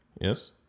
Yes